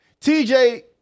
TJ